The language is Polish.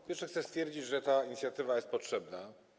Po pierwsze, chcę stwierdzić, że ta inicjatywa jest potrzebna.